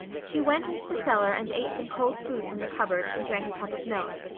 she went into the cellar and ate some cold food from the cupboard and drank a cup of milk.